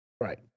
Right